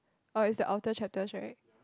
oh is the outer chapters right